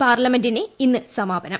പാർലമെന്റിന് ഇന്ന് സമാപനം